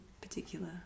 particular